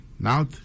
Now